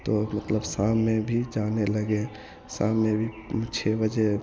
तो मतलब शाम में भी जाने लगे शाम में भी छह बजे